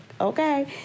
okay